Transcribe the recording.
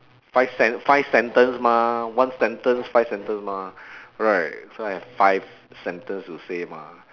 five sen~ five sentence mah one sentence five sentence mah right so I have five sentence to say mah